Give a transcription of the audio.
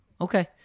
Okay